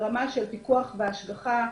ברמה של פיקוח והשגחה,